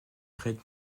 red